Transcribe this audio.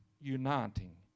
uniting